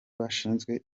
bashinzwe